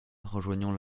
rejoignant